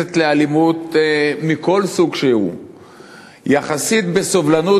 שמתייחסת לאלימות מכל סוג שהוא יחסית בסובלנות,